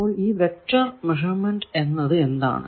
അപ്പോൾ ഈ vector measurement എന്നത് എന്താണ്